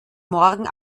morgen